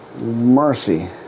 mercy